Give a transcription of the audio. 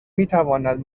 میتواند